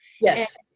Yes